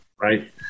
right